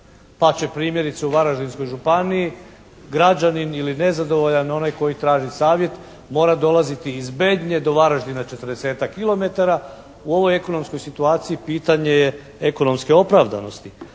pa će primjerice u Varaždinskoj županiji građanin ili nezadovoljan, onaj koji traži savjet mora dolaziti iz Bednje do Varaždina 40-tak kilometara. U ovoj ekonomskoj situaciji pitanje je ekonomske opravdanosti.